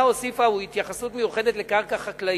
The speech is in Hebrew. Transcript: הוסיפה הוא התייחסות מיוחדת לקרקע חקלאית.